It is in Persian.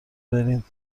بریم